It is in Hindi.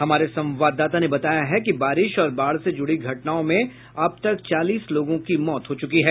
हमारे संवाददाता ने बताया है कि बारिश और बाढ़ से जुड़ी घटनाओं में अब तक चालीस लोगों की मौत हो चूकी है